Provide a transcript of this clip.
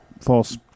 false